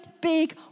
big